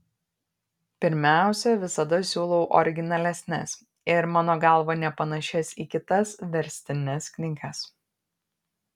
pirmiausia visada siūlau originalesnes ir mano galva nepanašias į kitas verstines knygas